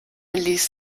ließe